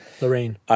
Lorraine